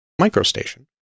microstation